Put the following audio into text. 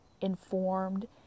informed